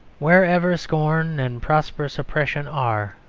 wherever scorn and prosperous oppression are,